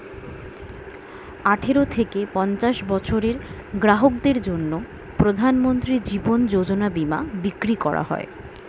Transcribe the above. আঠারো থেকে পঞ্চাশ বছরের গ্রাহকদের জন্য প্রধানমন্ত্রী জীবন যোজনা বীমা বিক্রি করা হয়